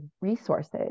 resources